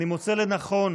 אני מוצא לנכון